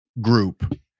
group